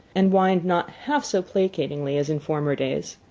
and whined not half so placatingly as in former days.